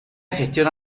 gestiona